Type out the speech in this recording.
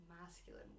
masculine